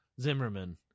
zimmerman